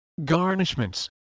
garnishments